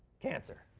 cancer.